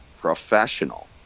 professional